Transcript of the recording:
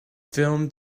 film